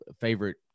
favorite